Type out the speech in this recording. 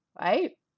right